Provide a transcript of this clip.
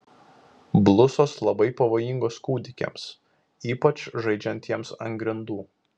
blusos labai pavojingos kūdikiams ypač žaidžiantiems ant grindų